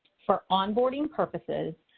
for onboarding purposes.